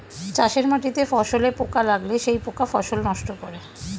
চাষের মাটিতে ফসলে পোকা লাগলে সেই পোকা ফসল নষ্ট করে